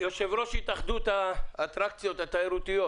יושב ראש התאחדות האטרקציות התיירותיות,